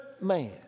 man